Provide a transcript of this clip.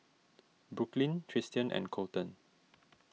Brooklyn Tristian and Colton